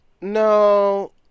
No